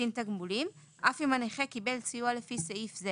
תגמולים אף אם הנכה קיבל סיוע לפי סעיף זה.